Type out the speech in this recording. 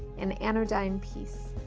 an anodyne peace.